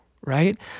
right